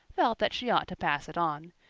felt that she ought to pass it on.